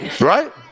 Right